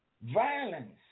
violence